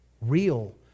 real